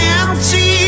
empty